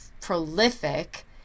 prolific